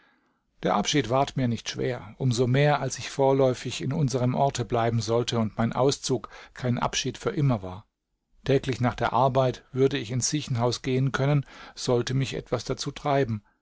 der abschied ward mir nicht schwer um so mehr als ich vorläufig in unserem orte bleiben sollte und mein auszug kein abschied für immer war täglich nach der arbeit würde ich ins siechenhaus gehen können sollte mich etwas dazu treiben